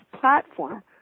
platform